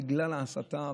בגלל ההסתה,